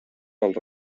dels